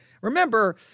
remember